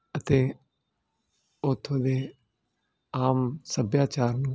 ਅਤੇ ਉਥੋਂ ਦੇ ਆਮ ਸੱਭਿਆਚਾਰ ਨੂੰ